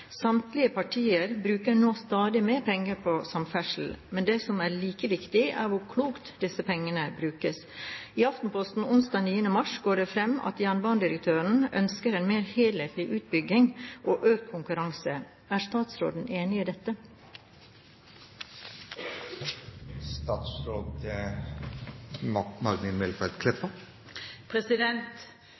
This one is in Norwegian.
Samtlige partier bruker nå stadig mer penger på samferdsel, men det som er like viktig, er hvor klokt disse pengene brukes. I Aftenposten onsdag 9. mars går det frem at jernbanedirektøren ønsker en mer helhetlig utbygging og økt konkurranse. Er statsråden enig i